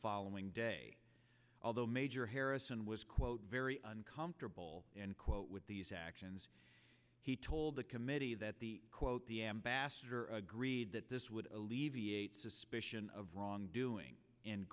following day although major harrison was quote very uncomfortable and quote with these actions he told the committee that the quote the ambassador agreed that this would alleviate suspicion of wrongdoing and